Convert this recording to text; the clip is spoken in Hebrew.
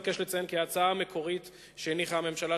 אבקש לציין כי ההצעה המקורית שהניחה הממשלה על